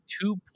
two